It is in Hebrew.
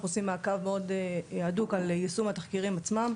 עושים מעקב מאוד אדוק על יישום התחקירים עצמם,